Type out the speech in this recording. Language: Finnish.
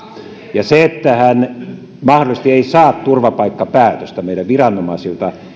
ja se että hän mahdollisesti ei saa turvapaikkapäätöstä meidän viranomaisiltamme